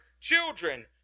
children